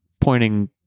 pointing